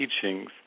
teachings